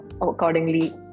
accordingly